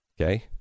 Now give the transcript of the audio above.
Okay